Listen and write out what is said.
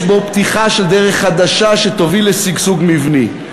יש בו פתיחה של דרך חדשה, שתוביל לשגשוג מבני.